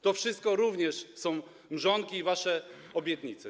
To wszystko również są mrzonki i wasze obietnice.